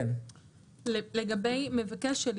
לפני סעיף 55א1 תבוא הכותרת: "סימן ב': ייצור,